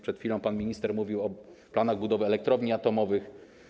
Przed chwilą pan minister mówił o planach budowy elektrowni atomowych.